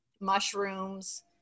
mushrooms